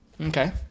okay